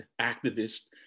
activists